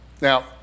Now